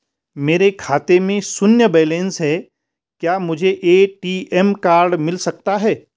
मेरे खाते में शून्य बैलेंस है क्या मुझे ए.टी.एम कार्ड मिल सकता है?